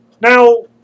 Now